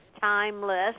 timeless